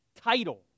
title